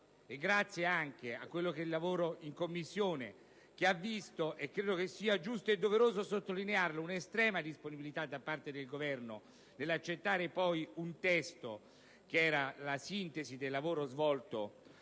Grazie anche al lavoro in Commissione - credo sia giusto e doveroso sottolineare un'estrema disponibilità da parte del Governo nell'accettare un testo che era la sintesi del lavoro svolto